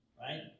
right